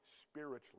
spiritually